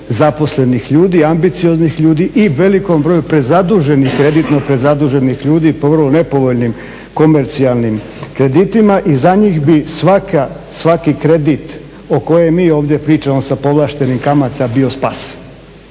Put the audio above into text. zaposlenih ljudi, ambicioznih ljudi i velikom broju kreditno prezaduženih ljudi po vrlo nepovoljnim komercijalnim kreditima i za njih bi svaki kredit o kojem mi ovdje pričamo sa povlaštenim kamatama bio spas.